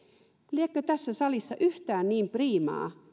liekö tässä salissa yhtään niin priimaa